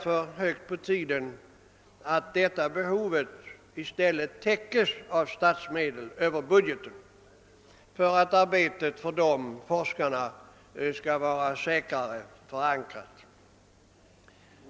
För att arbetet skall bli säkrare förankrat bör därför medel utgå över budgeten.